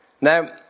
Now